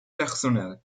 personnels